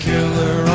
Killer